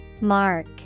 Mark